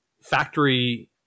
factory